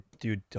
dude